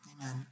Amen